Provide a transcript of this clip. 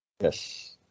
Yes